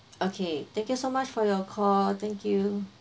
okay thank you so much for your call thank you